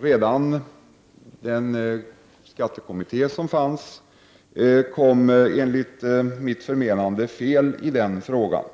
Redan skattekommittén kom enligt mitt förmenande fel i den frågan.